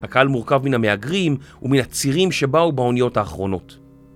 הקהל מורכב מן המהגרים ומן הצירים שבאו באוניות האחרונות